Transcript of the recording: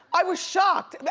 i was shocked.